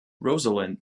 rosalind